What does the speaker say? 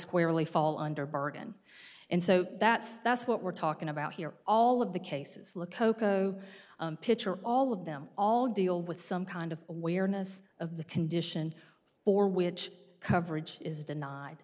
squarely fall under bargain and so that's that's what we're talking about here all of the cases look cocoa picher all of them all deal with some kind of awareness of the condition for which coverage is denied